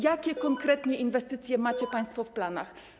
Jakie konkretnie inwestycje macie państwo w planach?